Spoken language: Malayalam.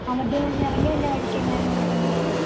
ഇറങ്ങിവരുന്ന വഴിക്കെങ്ങാനും ഉണ്ടോയെന്നൊന്ന് നോക്കുമോ